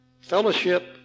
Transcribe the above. fellowship